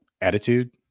attitude